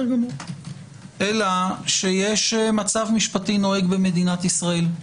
אלא שיש מצב משפטי נוהג במדינת ישראל,